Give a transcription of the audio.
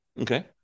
Okay